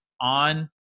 on